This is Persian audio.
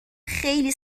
خیلی